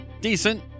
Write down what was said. Decent